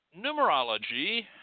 numerology